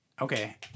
Okay